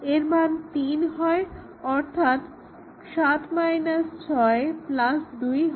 এরমান 3 হয় অর্থাৎ 7 6 2